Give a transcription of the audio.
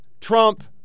Trump